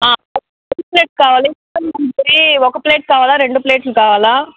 ఎన్ని ప్లేట్స్ కావాలి ఒక ప్లేట్ కావాలా రెండు ప్లేట్లు కావాలా